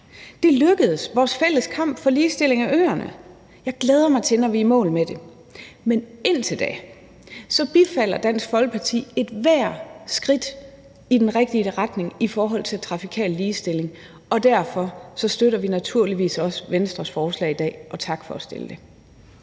med det! Vores fælles kamp for ligestilling af øerne lykkedes! Jeg glæder mig til, at vi er nået i mål med det, men indtil da bifalder Dansk Folkeparti ethvert skridt i den rigtige retning i forhold til trafikal ligestilling, og derfor støtter vi naturligvis også Venstres forslag i dag, og tak for at have